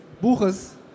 Buches